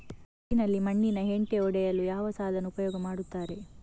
ಬೈಲಿನಲ್ಲಿ ಮಣ್ಣಿನ ಹೆಂಟೆ ಒಡೆಯಲು ಯಾವ ಸಾಧನ ಉಪಯೋಗ ಮಾಡುತ್ತಾರೆ?